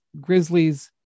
Grizzlies